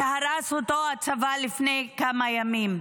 שהצבא הרס לפני כמה ימים.